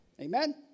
Amen